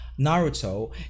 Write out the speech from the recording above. naruto